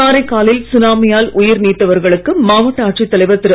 காரைக்காலில்சுனாமியால்உயிர்நீத்தவர்களுக்கு மாவட்டஆட்சித்தலைவர்திரு